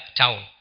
town